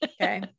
Okay